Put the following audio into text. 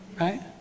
right